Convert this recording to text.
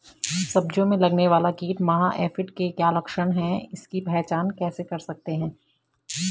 सब्जियों में लगने वाला कीट माह एफिड के क्या लक्षण हैं इसकी पहचान कैसे कर सकते हैं?